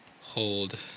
hold